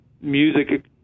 music